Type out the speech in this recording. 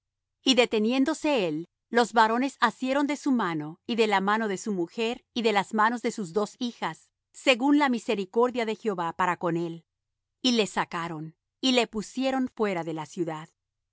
y deteniéndose él los varones asieron de su mano y de la mano de su mujer y de las manos de sus dos hijas según la misericordia de jehová para con él y le sacaron y le pusieron fuera de la ciudad